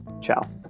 Ciao